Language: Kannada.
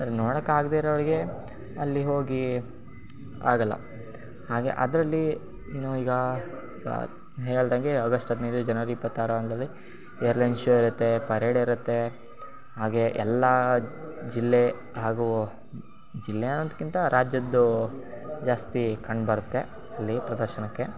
ಅಲ್ಲಿ ನೋಡಕ್ಕೆ ಆಗದೆರೋರ್ಗೆ ಅಲ್ಲಿ ಹೋಗಿ ಆಗೋಲ್ಲ ಹಾಗೇ ಅದ್ರಲ್ಲಿ ಏನು ಈಗ ಸಾ ಹೇಳಿದಂಗೆ ಅಗಸ್ಟ್ ಹದಿನೈದು ಜನ್ವರಿ ಇಪ್ಪತ್ತಾರು ಅಂದರಲ್ಲಿ ಏರ್ಲೈನ್ ಶೋ ಇರುತ್ತೆ ಪರೇಡ್ ಇರುತ್ತೆ ಹಾಗೇ ಎಲ್ಲ ಜಿಲ್ಲೆ ಹಾಗೂ ಜಿಲ್ಲೆ ಅನ್ನೋದಕ್ಕಿಂತ ರಾಜ್ಯದ್ದು ಜಾಸ್ತಿ ಕಂಡು ಬರುತ್ತೆ ಅಲ್ಲಿ ಪ್ರದರ್ಶನಕ್ಕೆ